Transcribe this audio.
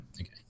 okay